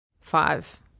five